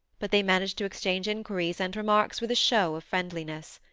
but they managed to exchange inquiries and remarks with a show of friendliness.